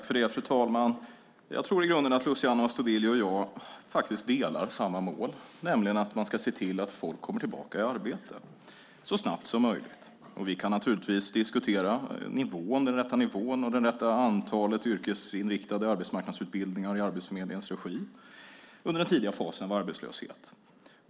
Fru talman! Jag tror i grunden att Luciano Astudillo och jag delar samma mål, nämligen att man ska se till att folk kommer tillbaka i arbete så snabbt som möjligt. Vi kan naturligtvis diskutera den rätta nivån och det rätta antalet yrkesinriktade arbetsmarknadsutbildningar i Arbetsförmedlingens regi under den tidiga fasen av arbetslöshet.